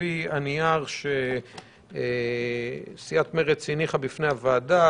לפי הנייר שסיעת מרצ הניחה בפני הוועדה,